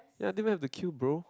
ya don't even have to kill bro